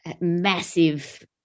massive